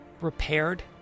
repaired